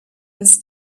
was